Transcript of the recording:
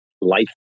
life